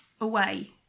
away